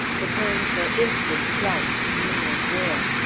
preparing for instant flight, she knew not where.